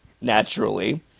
naturally